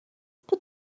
put